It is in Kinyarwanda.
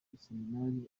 iseminari